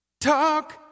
Talk